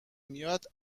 میاد